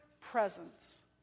presence